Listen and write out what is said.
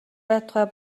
байтугай